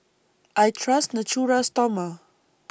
I Trust Natura Stoma